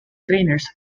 trainers